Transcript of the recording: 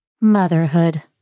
Motherhood